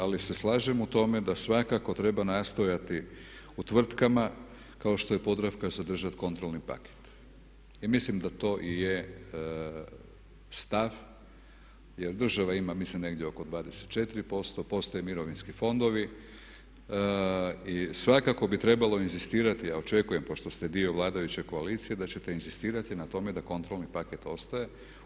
Ali se slažem u tome da svakako treba nastojati u tvrtkama kao što je Podravka zadržati kontrolni paket i mislim da to i je stav jer država ima mislim negdje oko 24%, postoje mirovinski fondovi i svakako bi trebalo inzistirati a očekujem pošto ste dio vladajuće koalicije da ćete inzistirati na tome da kontrolni paket ostaje.